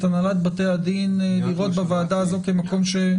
הנהלת בתי הדין לראות בוועדה הזאת כמקום בו